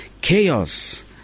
chaos